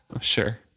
Sure